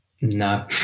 No